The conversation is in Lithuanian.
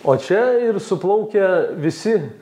o čia ir suplaukia visi